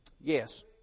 Yes